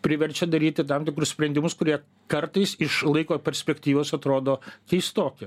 priverčia daryti tam tikrus sprendimus kurie kartais iš laiko perspektyvos atrodo keistoki